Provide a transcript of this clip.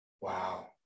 Wow